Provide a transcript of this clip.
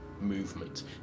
movement